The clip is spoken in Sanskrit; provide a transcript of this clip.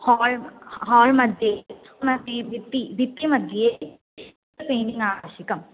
हाल् हाल्मध्ये मध्ये भित्तिः भित्तिमध्ये पेण्टिङ्ग् आवश्यकम्